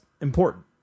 important